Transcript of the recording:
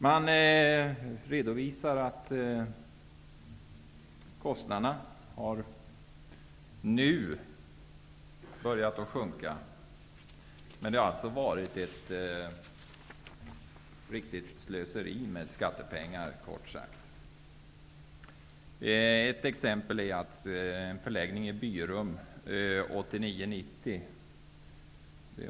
Man redovisar att kostnaderna nu har börjat att sjunka. Men det har, kort sagt, varit ett riktigt slöseri med skattepengar. Ett exempel är en förläggning i Byerum.